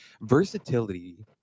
versatility